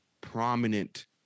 prominent